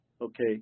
okay